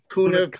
Kuna